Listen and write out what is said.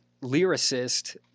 lyricist